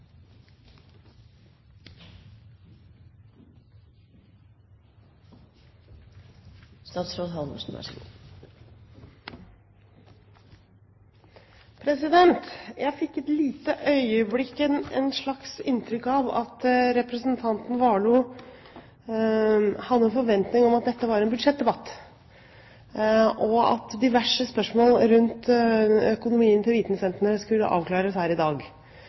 lite øyeblikk et slags inntrykk av at representanten Warloe hadde en forventing om at dette var en budsjettdebatt, og at diverse spørsmål rundt økonomien til vitensentrene skulle avklares her i dag.